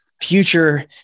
future